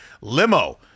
limo